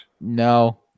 No